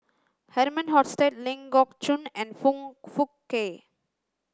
Herman Hochstadt Ling Geok Choon and Foong Fook Kay